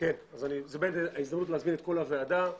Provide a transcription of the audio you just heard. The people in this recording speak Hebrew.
זאת הזדמנות להזמין את כל הוועדה.